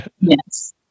Yes